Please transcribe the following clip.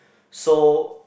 so